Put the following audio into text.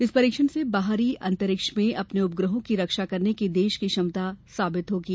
इस परीक्षण से बाहरी अंतरिक्ष में अपने उपग्रहों की रक्षा करने की देश की क्षमता साबित होती है